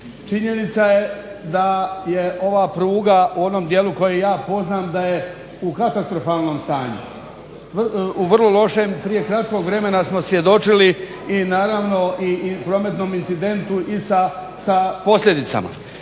Činjenica je da je ova pruga u onom dijelu koji ja poznam da je u katastrofalnom stanju, u vrlo lošem. Prije kratkog vremena smo svjedočili i naravno i prometnom incidentu i sa posljedicama.